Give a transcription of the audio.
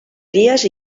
dies